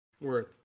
worth